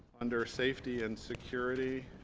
under safety and security